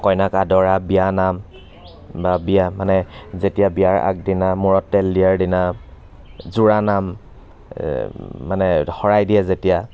কইনাক আদৰা বিয়ানাম বা বিয়া মানে যেতিয়া বিয়াৰ আগদিনা মূৰত তেল দিয়াৰ দিনা জোৰানাম মানে শৰাই দিয়ে যেতিয়া